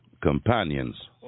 companions